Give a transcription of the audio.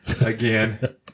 again